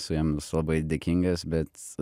esu jiems labai dėkingas bet